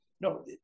no